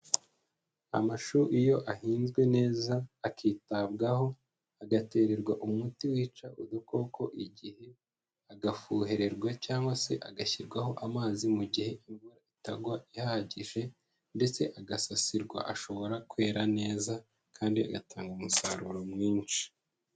Amashu iyo ahinzwe neza, akitabwaho, agatererwa umuti wica udukoko igihe, agafuherwa cyangwa se agashyirwaho amazi mu gihe imvura itagwa ihagije ndetse agasasirwa, ashobora kwera neza kandi agatanga umusaruro mwinshi.